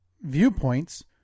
viewpoints